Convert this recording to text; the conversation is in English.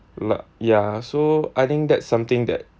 luck ya so I think that's something that